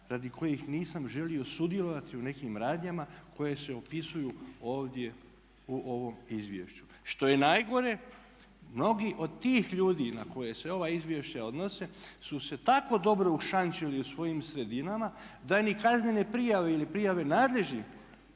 radi kojih nisam želio sudjelovati u nekim radnjama koje se opisuju ovdje u ovom izvješću. Što je najgore mnogi od tih ljudi na koje se ova izvješća odnose su se tako dobro ušančili u svojim sredinama da ni kaznene prijave ili prijave nadležnih